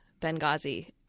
Benghazi